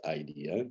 idea